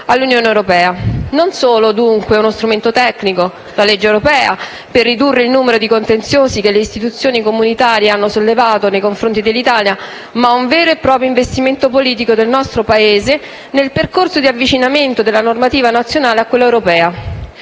La legge europea, dunque, è non solo uno strumento tecnico utile per ridurre il numero di contenziosi che le istituzioni comunitarie hanno sollevato nei confronti dell'Italia, ma un vero e proprio investimento politico del nostro Paese nel percorso di avvicinamento della normativa nazionale a quella europea.